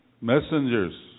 messengers